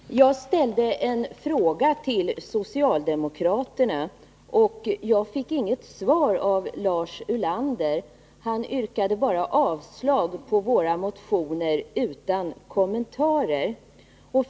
Herr talman! Jag ställde en fråga till socialdemokraterna, men fick inget svar av Lars Ulander. Han yrkade avslag på våra motioner utan kommentarer.